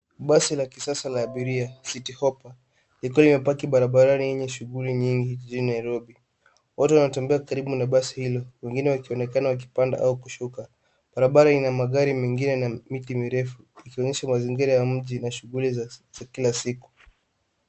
Basi la kisasa la abiria city hopa likiwa limepaki barabarani yenye shughuli nyingi jijini Nairobi. Watu wanatembea karibu na basi hilo, wengine wakionekana wakipanda au kushuka. Barabara ina magari mengine na miti mirefu, ikionyesha mazingira ya mji na shughuli za kila siku.